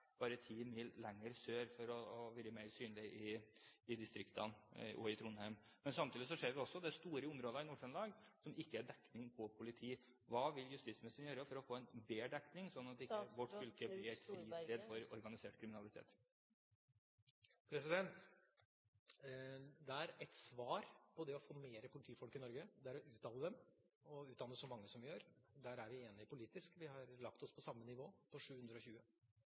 bare 10 mil lenger sør til å være mer synlig i distriktene og i Trondheim. Samtidig ser vi at det er store områder i Nord-Trøndelag der det ikke er politidekning. Hva vil justisministeren gjøre for å få en bedre politidekning, slik at vårt fylke ikke blir et fristed for organisert kriminalitet? Det er ett svar på det å få mer politifolk i Norge, og det er å utdanne dem, og utdanne så mange som vi gjør. Der er vi enig politisk; vi har lagt oss på samme nivå – på 720.